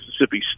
Mississippi